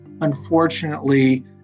Unfortunately